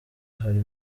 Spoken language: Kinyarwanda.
hari